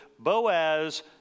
Boaz